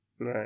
Right